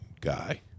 guy